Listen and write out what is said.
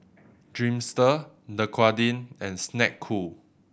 Dreamster Dequadin and Snek Ku